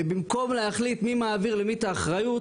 ובמקום להחליט מי מעביר למי את האחריות,